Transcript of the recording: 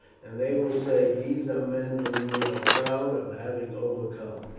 and they will say these are men whom we are proud of having overcome.